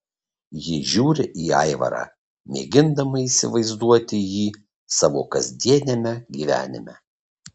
ji žiūri į aivarą mėgindama įsivaizduoti jį savo kasdieniame gyvenime